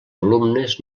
alumnes